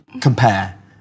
compare